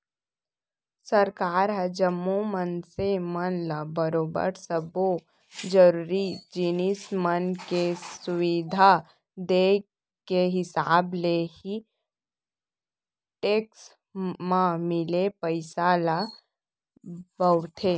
सरकार ह जम्मो मनसे मन ल बरोबर सब्बो जरुरी जिनिस मन के सुबिधा देय के हिसाब ले ही टेक्स म मिले पइसा ल बउरथे